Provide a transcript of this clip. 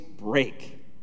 break